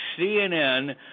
CNN